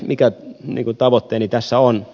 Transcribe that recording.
mikä tavoitteeni tässä on